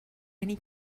many